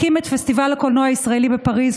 הקים את פסטיבל הקולנוע הישראלי בפריז,